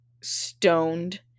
stoned